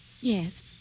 Yes